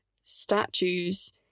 statues